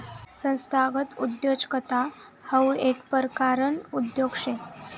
संस्थागत उद्योजकता हाऊ येक परकारना उद्योग शे